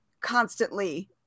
constantly